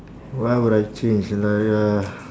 what would I change like uh